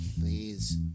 Please